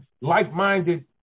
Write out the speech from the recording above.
like-minded